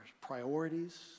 priorities